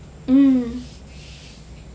mm